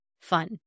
fun